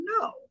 No